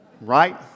right